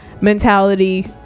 mentality